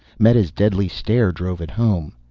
meta's deadly stare drove it home.